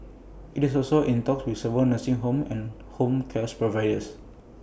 IT is also in talks with several nursing homes and home cares providers